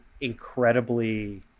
incredibly